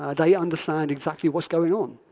ah they understand exactly what's going on.